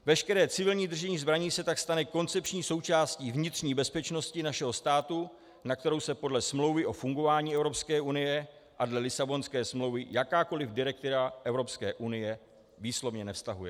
Veškeré civilní držení zbraní se tak stane koncepční součástí vnitřní bezpečnosti našeho státu, na kterou se podle Smlouvy o fungování Evropské unie a dle Lisabonské smlouvy jakákoli direktiva Evropské unie výslovně nevztahuje.